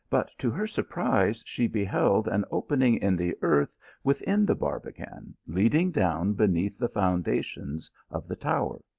but, to her surprise, she beheld an opening in the earth within the barbican, leading down beneath the foundations of the tower.